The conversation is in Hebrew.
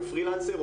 או פרי-לנסר,